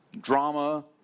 drama